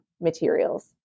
materials